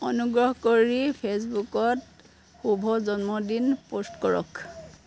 অনুগ্ৰহ কৰি ফেচবুকত শুভ জন্মদিন পোষ্ট কৰক